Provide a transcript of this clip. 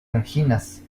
anginas